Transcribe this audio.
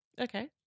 Okay